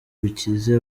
bikize